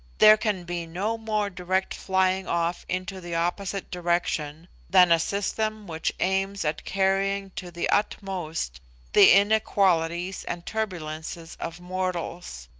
there can be no more direct flying off into the opposite direction than a system which aims at carrying to the utmost the inequalities and turbulences of mortals.